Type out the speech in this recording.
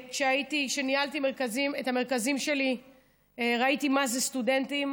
כשניהלתי את המרכזים שלי ראיתי מה זה סטודנטים: